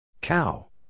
cow